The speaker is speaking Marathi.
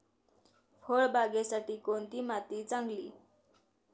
फळबागेसाठी कोणती माती चांगली?